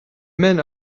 men